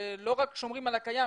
לא רק שומרים על הקיים,